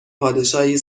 پادشاهی